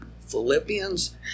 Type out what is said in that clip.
Philippians